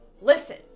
listen